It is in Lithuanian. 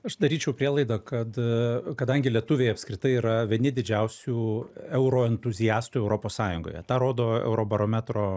aš daryčiau prielaidą kad a kadangi lietuviai apskritai yra vieni didžiausių euroentuziastų europos sąjungoje tą rodo eurobarometro